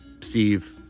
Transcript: Steve